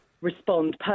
respond